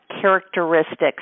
characteristics